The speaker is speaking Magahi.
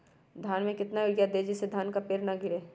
धान में कितना यूरिया दे जिससे धान का पेड़ ना गिरे?